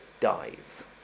Dies